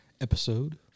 episode